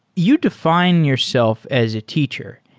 you define yourself as a teacher.